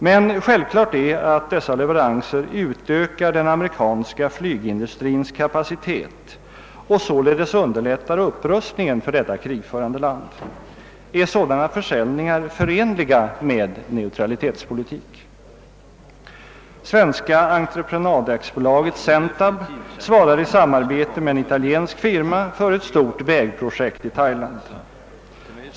Men självklart är att dessa leveranser utökar den amerikanska flygindustrins kapacitet och således underlättar upprustningen för detta krigförande land. Är sådana försäljningar förenliga med neutralitetspolitiken? Svenska entreprenad AB, Sentab, svarar i samarbete med en italiensk firma för ett stort vägprojekt i Thailand.